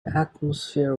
atmosphere